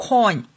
Coin